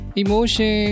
emotion